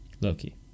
loki